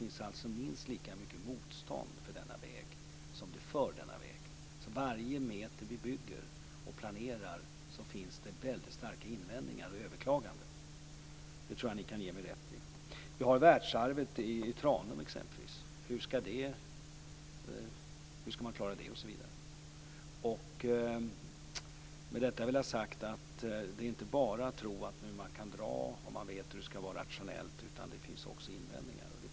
Det finns alltså minst lika mycket motstånd mot denna väg som för denna väg. Varje meter vi bygger och planerar finns det starka invändningar och överklaganden mot. Det tror jag att vi kan ge mig rätt i. Hur skall vi t.ex. klara världsarvet i Tanum, osv.? Med detta vill jag ha sagt att det inte bara är att tro att man kan dra och vet hur det skall vara rationellt, utan det finns också invändningar.